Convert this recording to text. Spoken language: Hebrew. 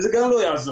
וזה גם לא יעזור,